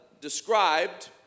described